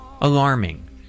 Alarming